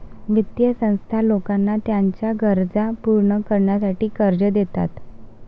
वित्तीय संस्था लोकांना त्यांच्या गरजा पूर्ण करण्यासाठी कर्ज देतात